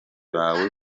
bawe